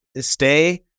stay